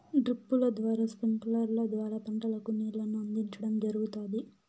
డ్రిప్పుల ద్వారా స్ప్రింక్లర్ల ద్వారా పంటలకు నీళ్ళను అందించడం జరుగుతాది